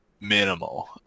minimal